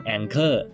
Anchor